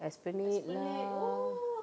esplanade lah